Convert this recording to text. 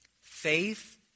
Faith